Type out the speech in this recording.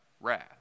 wrath